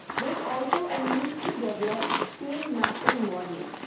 there is also a need to develop skill mapping model